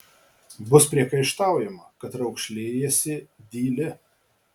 bus priekaištaujama kad raukšlėjiesi dyli